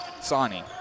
Sani